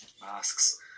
masks